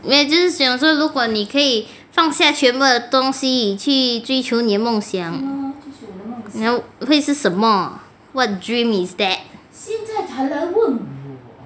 我只想说如果你可以放下全部的东西去追求您梦想会是什么 what dream is that